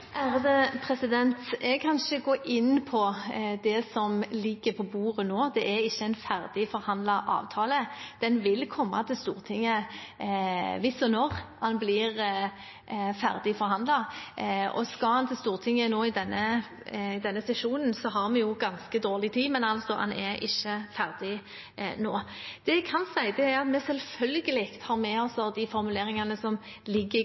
Jeg kan ikke gå inn på det som ligger på bordet nå. Det er ikke en ferdigforhandlet avtale. Den vil komme til Stortinget hvis og når den blir ferdigforhandlet. Skal den til Stortinget nå i denne sesjonen, har vi ganske dårlig tid. Men den er altså ikke ferdig nå. Det jeg kan si, er at vi selvfølgelig har med oss de formuleringene som ligger